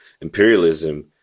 imperialism